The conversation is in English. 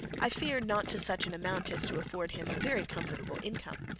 i fear, not to such an amount as to afford him a very comfortable income.